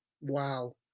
Wow